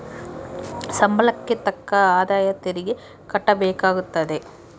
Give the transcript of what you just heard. ಸಂಬಳಕ್ಕೆ ತಕ್ಕ ಆದಾಯ ತೆರಿಗೆ ಕಟ್ಟಬೇಕಾಗುತ್ತದೆ